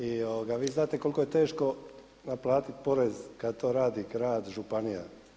I vi znate koliko je teško naplatiti porez kad to radi grad, županija.